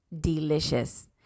delicious